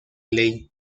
ley